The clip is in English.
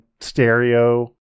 stereo